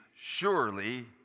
surely